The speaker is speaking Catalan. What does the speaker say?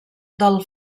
del